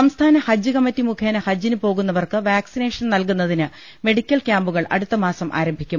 സംസ്ഥാന ഹജ്ജ് കമ്മറ്റി മുഖേന ഹജ്ജിന് പോകുന്നവർക്ക് വാക്സി നേഷൻ നല്കുന്നതിന് മെഡിക്കൽ ക്യാമ്പുകൾ അടുത്തമാസം ആരംഭി ക്കും